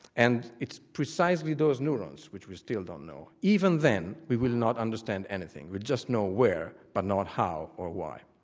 and it's precisely those neurons which we still don't know even then, we will not understand anything, we just know where but now how or why.